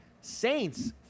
Saints